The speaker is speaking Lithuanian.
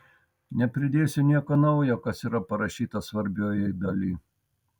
nepridėsiu nieko naujo kas yra parašyta svarbiojoj daly